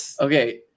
Okay